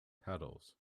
paddles